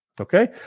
Okay